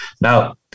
Now